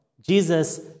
Jesus